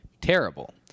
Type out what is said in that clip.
terrible